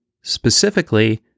specifically